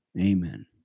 amen